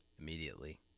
Immediately